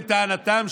לטענתם,